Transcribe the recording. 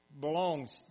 belongs